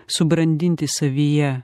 subrandinti savyje